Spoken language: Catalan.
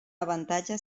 avantatge